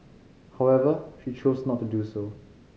however she chose not to do so